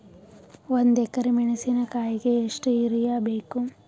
ಒಂದ್ ಎಕರಿ ಮೆಣಸಿಕಾಯಿಗಿ ಎಷ್ಟ ಯೂರಿಯಬೇಕು?